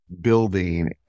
building